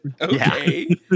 okay